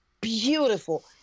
beautiful